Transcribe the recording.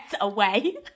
away